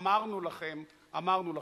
אמרנו לכם, אמרנו לכם.